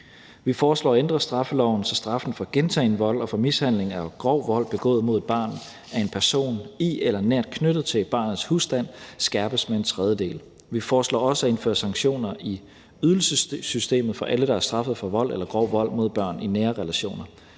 Vi foreslår at ændre straffeloven, så straffen for gentagen vold og for mishandling eller grov vold begået mod et barn af en person i eller nært knyttet til barnets husstand skærpes med en tredjedel. Vi foreslår også at indføre sanktioner i ydelsessystemet for alle, der er straffet for vold eller grov vold mod børn i nære relationer.